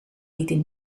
lieten